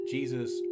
Jesus